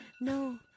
No